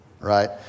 Right